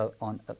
on